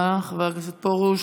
תודה רבה, חבר הכנסת פרוש.